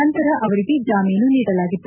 ನಂತರ ಅವರಿಗೆ ಜಾಮೀನು ನೀಡಲಾಗಿತ್ತು